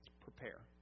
Prepare